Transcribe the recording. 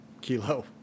kilo